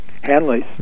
Hanley's